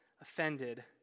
offended